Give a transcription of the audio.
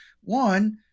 one